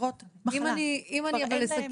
יתרות מחלה, מחלת ילד.